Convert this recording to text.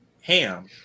Ham